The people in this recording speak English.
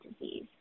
disease